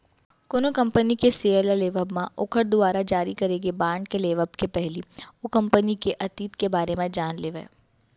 कोनो कंपनी के सेयर ल लेवब म ओखर दुवारा जारी करे गे बांड के लेवब के पहिली ओ कंपनी के अतीत के बारे म जान लेवय